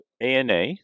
ANA